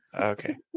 Okay